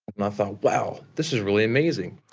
and i thought, wow, this is really amazing.